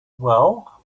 well